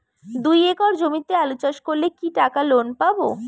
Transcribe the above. দুই একর জমিতে আলু চাষ করলে কি টাকা লোন পাবো?